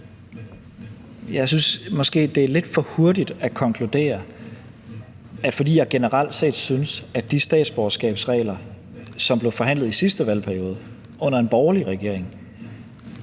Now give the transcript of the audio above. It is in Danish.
Jeg synes måske, det er lidt for hurtigt at konkludere, at fordi jeg generelt set synes, at de statsborgerskabsregler, som blev forhandlet i sidste valgperiode under en borgerlig regering,